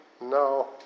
No